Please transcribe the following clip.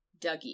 Dougie